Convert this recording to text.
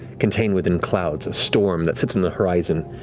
contained within clouds, a storm that sits on the horizon,